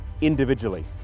individually